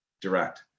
direct